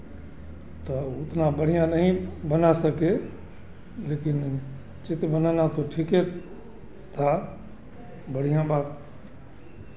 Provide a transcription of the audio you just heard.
तो उतना बढ़ियाँ नहीं बना सके लेकिन चित्र बनाना तो ठीके था बढ़ियाँ बात